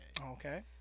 Okay